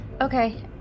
Okay